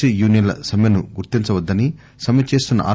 C యూనియన్ల సమ్మెను గుర్తించవద్దని సమ్మెచేస్తున్న ఆర్